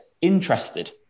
interested